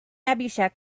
abhishek